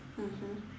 mmhmm